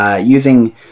using